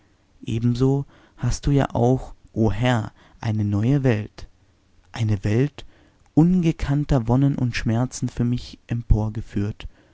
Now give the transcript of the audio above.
ebenso hast du ja auch o herr eine neue welt eine welt ungekannter wonnen und schmerzen für mich